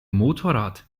motorrad